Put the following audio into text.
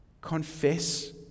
Confess